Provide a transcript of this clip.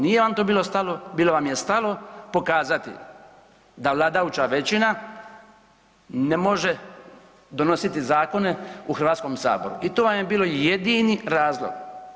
Nije vam to bilo stalo, bilo vam je stalo pokazati da vladajuća većina ne može donositi zakone u Hrvatskom saboru i to vam je bilo jedini razlog.